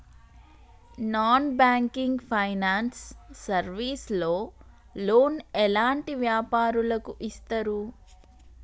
Non banking finance service లో loan ఎలాంటి వ్యాపారులకు ఇస్తరు?